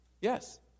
Yes